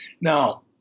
Now